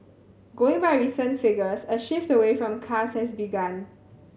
going by recent figures a shift away from cars has begun